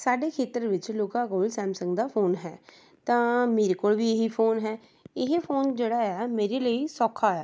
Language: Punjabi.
ਸਾਡੇ ਖੇਤਰ ਵਿੱਚ ਲੋਕਾਂ ਕੋਲ ਸੈਮਸੰਗ ਦਾ ਫੋਨ ਹੈ ਤਾਂ ਮੇਰੇ ਕੋਲ ਵੀ ਇਹੀ ਫੋਨ ਹੈ ਇਹ ਫੋਨ ਜਿਹੜਾ ਆ ਮੇਰੇ ਲਈ ਸੌਖਾ ਆ